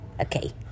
Okay